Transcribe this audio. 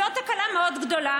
זאת תקלה מאוד גדולה.